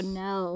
no